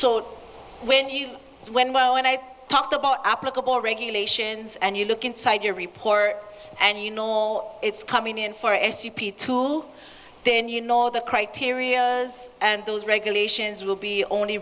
so when you when well and i talked about applicable regulations and you look inside your report and you know all it's coming in for sep two then you know all the criteria and those regulations will be only